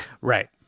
Right